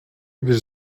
bir